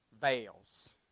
veils